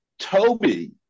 Toby